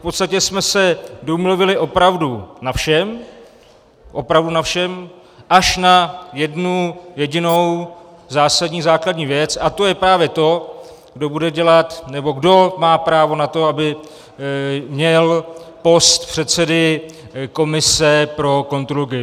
V podstatě jsme se domluvili opravdu na všem opravdu na všem až na jednu jedinou zásadní základní věc a to je právě to, kdo má právo na to, aby měl post předsedy komise pro kontrolu GIBS.